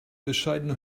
bescheidene